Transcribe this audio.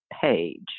page